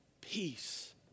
peace